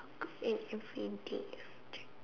k~ an infinity object